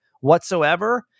whatsoever